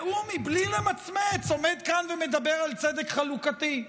והוא מבלי למצמץ עומד כאן ומדבר על צדק חלוקתי.